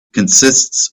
consists